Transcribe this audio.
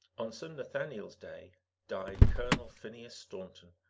on st. nathaniel's day died colonel phineas staunton,